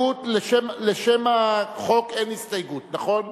לשם החוק אין הסתייגות, נכון?